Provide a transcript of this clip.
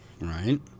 Right